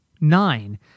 nine